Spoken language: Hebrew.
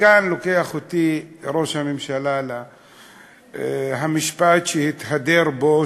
וכאן לוקח אותי ראש הממשלה למשפט שהתהדר בו,